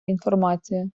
інформація